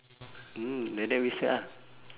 mm like that wasted ah